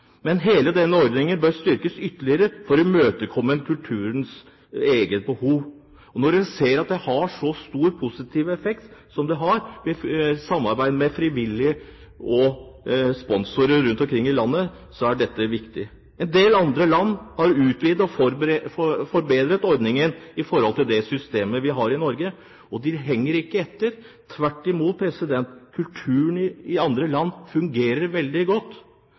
Men hele denne ordningen bør styrkes ytterligere for å imøtekomme kulturens egne behov. Når en ser at samarbeid med frivillige og sponsorer rundt omkring i landet har så stor positiv effekt som det har, så er dette viktig. En del andre land har utvidet og forbedret ordningen i forhold til det systemet vi har i Norge, og de henger ikke etter, tvert imot, kulturen i andre land fungerer veldig godt